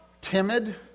timid